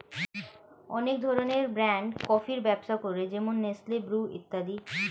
অনেক ধরনের ব্র্যান্ড কফির ব্যবসা করে যেমন নেসলে, ব্রু ইত্যাদি